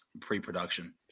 pre-production